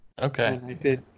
Okay